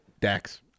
Dax